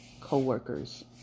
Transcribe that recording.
co-workers